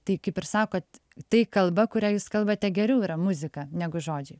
tai kaip ir sakot tai kalba kuria jūs kalbate geriau yra muzika negu žodžiai